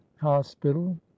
hospital